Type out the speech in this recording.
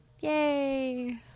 Yay